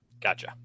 Gotcha